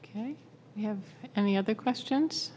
ok you have any other questions